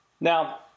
Now